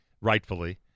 rightfully